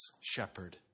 shepherd